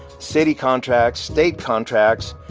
city contracts, state contracts,